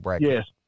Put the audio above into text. Yes